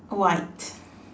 uh white